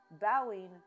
bowing